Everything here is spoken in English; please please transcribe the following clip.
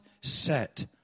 set